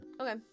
Okay